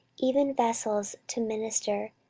even vessels to minister,